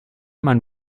man